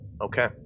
Okay